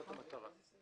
זאת המטרה.